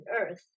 earth